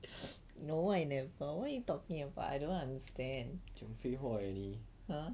no I never what you talking about I don't understand !huh!